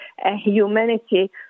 humanity